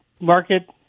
market